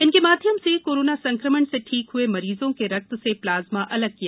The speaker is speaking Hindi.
इनके माध्यम से कोरोना संक्रमण से ठीक हए मरीजों के रक्त से प्लाज्मा अलग किया जाता है